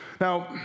Now